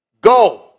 Go